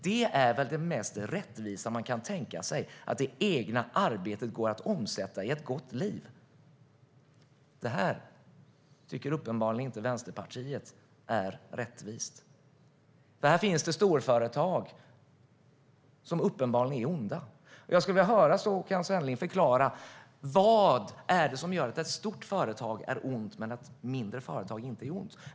Det är väl det mest rättvisa man kan tänka sig - att det egna arbetet går att omsätta i ett gott liv. Det tycker uppenbarligen inte Vänsterpartiet är rättvist. Det finns tydligen storföretag som är onda. Jag skulle vilja höra Håkan Svenneling förklara vad det är som gör att ett stort företag är ont medan ett mindre företag inte är det.